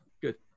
good